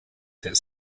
that